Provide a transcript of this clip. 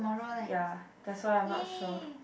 ya that's why I'm not sure